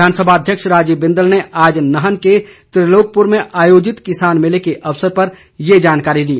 विधानसभा अध्यक्ष राजीव बिंदल ने आज नाहन के त्रिलोकपुर में आयोजित किसान मेले के अवसर पर ये जानकारी दी